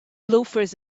loafers